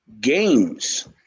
games